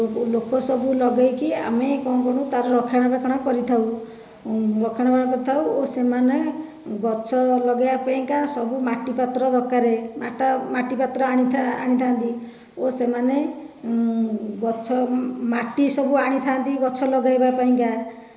ଲୋକ ସବୁ ଲଗାଇକରି ଆମେ କ'ଣ କରୁ ତାର ରକ୍ଷଣା ବେକ୍ଷଣ କରିଥାଉ ରକ୍ଷଣା ବେକ୍ଷଣ କରିଥାଉ ଓ ସେମାନେ ଗଛ ଲଗେଇବା ପାଇଁ ସବୁ ମାଟି ପତ୍ର ଦରକାର ମାଟି ପତ୍ର ଆଣିଥା ଆଣିଥାନ୍ତି ଓ ସେମାନେ ଗଛ ମାଟି ସବୁ ଆଣିଥାନ୍ତି ଗଛ ଲଗେଇବା ପାଇଁ